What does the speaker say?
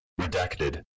Redacted